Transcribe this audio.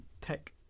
tech